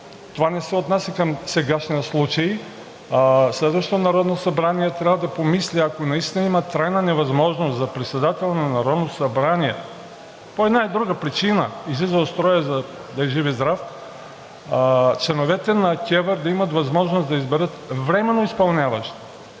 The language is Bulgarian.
това не се отнася към сегашния случай, а следващото Народно събрание трябва да помисли, ако наистина има трайна невъзможност за председател на Народното събрание – по една или друга причина излиза от строя, да е жив и здрав, членовете на КЕВР да имат възможност да изберат временно изпълняващ,